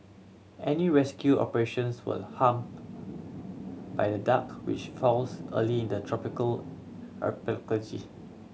any rescue operations will hampered by the dark which falls early in the tropical archipelago